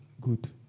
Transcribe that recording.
good